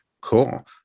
Cool